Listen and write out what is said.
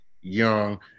young